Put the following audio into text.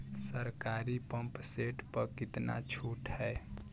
सरकारी pump set प कितना छूट हैं?